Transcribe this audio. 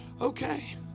Okay